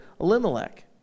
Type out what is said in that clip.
Elimelech